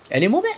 and you know that